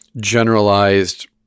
generalized